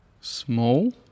Small